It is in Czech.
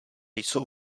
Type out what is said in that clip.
jsou